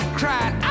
cried